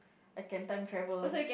I can time travel